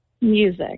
Music